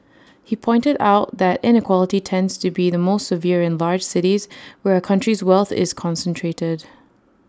he pointed out that inequality tends to be the most severe in large cities where A country's wealth is concentrated